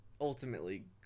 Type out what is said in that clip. ultimately